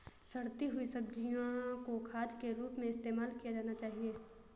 सड़ती हुई सब्जियां को खाद के रूप में इस्तेमाल किया जाना चाहिए